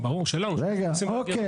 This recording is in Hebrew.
של הארכה.